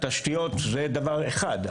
התשתיות זה דבר אחד,